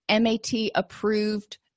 MAT-approved